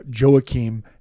Joachim